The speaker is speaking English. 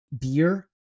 beer